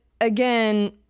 again